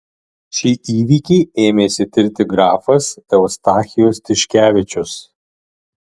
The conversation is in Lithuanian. šį įvykį ėmėsi tirti grafas eustachijus tiškevičius